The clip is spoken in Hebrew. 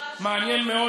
מעניין מאוד,